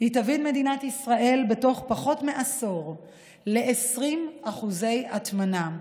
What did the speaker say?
תביא את מדינת ישראל בתוך פחות מעשור ל-20% הטמנה,